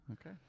Okay